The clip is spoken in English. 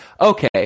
okay